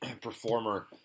performer